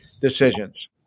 decisions